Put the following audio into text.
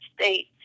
State